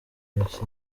bisa